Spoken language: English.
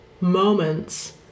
moments